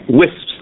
wisps